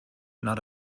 not